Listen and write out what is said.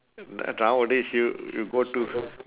n~ nowadays you you go to